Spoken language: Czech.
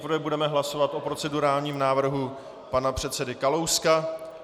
Nejprve budeme hlasovat o procedurálním návrhu pana předsedy Kalouska.